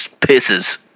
pisses